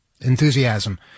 enthusiasm